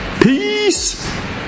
Peace